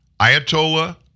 Ayatollah